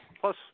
Plus